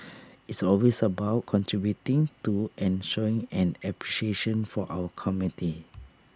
it's always about contributing to and showing an appreciation for our community